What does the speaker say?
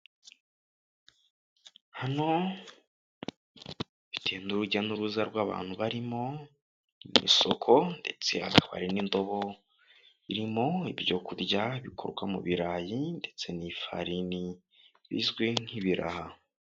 Hano bitewe n'urujya n'uruza rw'abantu barimo, ni mu isoko ndetse ubona ko hari n'indobo irimo ibyo kurya bikorwa mu birarayi ndetse n'ifarini bizwi nk'ibiraha.